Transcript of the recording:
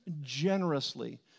generously